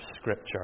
scripture